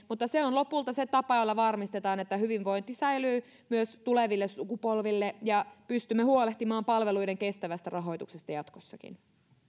mutta se on lopulta se tapa jolla varmistetaan että hyvinvointi säilyy myös tuleville sukupolville ja että pystymme huolehtimaan palveluiden kestävästä rahoituksesta jatkossakin